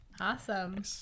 Awesome